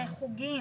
בחוגים.